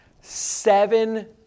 seven